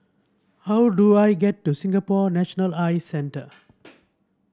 how do I get to Singapore National Eye Centre